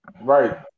Right